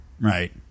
Right